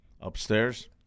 upstairs